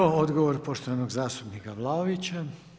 Odgovor poštovanog zastupnika Vlaovića.